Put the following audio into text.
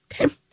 Okay